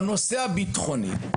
בנושא הביטחוני.